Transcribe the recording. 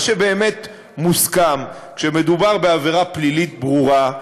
שבאמת מוסכם: כשמדובר בעבירה פלילית ברורה,